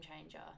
changer